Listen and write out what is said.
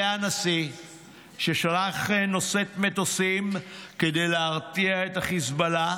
זה הנשיא ששלח נושאת מטוסים כדי להרתיע את החיזבאללה